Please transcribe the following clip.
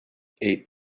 eight